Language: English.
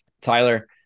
Tyler